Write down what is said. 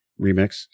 Remix